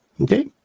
Okay